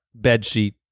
bedsheet